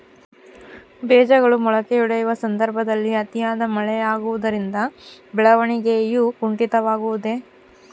ಬೇಜಗಳು ಮೊಳಕೆಯೊಡೆಯುವ ಸಂದರ್ಭದಲ್ಲಿ ಅತಿಯಾದ ಮಳೆ ಆಗುವುದರಿಂದ ಬೆಳವಣಿಗೆಯು ಕುಂಠಿತವಾಗುವುದೆ?